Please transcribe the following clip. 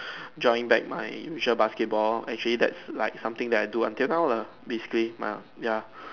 joined back my usual basketball actually that's like something that I do until now lah basically mah ya